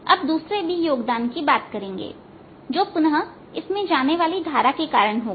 अब दूसरे B योगदान की बात करेंगे जो पुनः इसमें जाने वाली धारा के कारण होगा